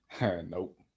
Nope